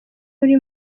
uri